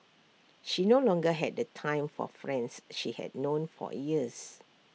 she no longer had the time for friends she had known for years